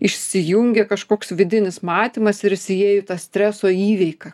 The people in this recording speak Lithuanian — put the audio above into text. išsijungia kažkoks vidinis matymas ir jis įėjo tą streso įveiką